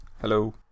Hello